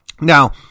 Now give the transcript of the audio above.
Now